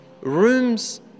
rooms